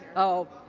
oh.